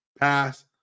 pass